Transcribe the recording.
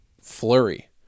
Flurry